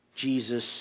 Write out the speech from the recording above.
Jesus